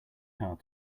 hard